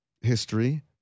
History